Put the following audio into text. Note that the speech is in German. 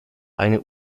eine